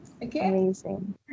Amazing